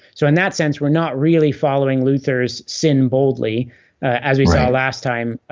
so in that sense we're not really following luther's sin boldly as we saw last time.